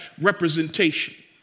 representation